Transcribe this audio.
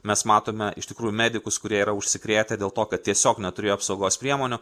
mes matome iš tikrųjų medikus kurie yra užsikrėtę dėl to kad tiesiog neturėjo apsaugos priemonių